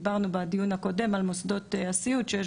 דיברנו בדיון הקודם על מוסדות הסיעוד שיש